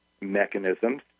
mechanisms